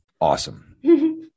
awesome